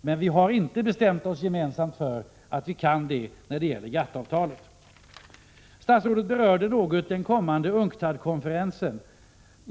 Men vi har inte gemensamt bestämt oss för att vi kan göra så när det gäller GATT-avtalet. Statsrådet berörde något den kommande UNCTAD-konferensen.